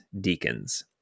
deacons